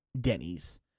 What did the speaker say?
Denny's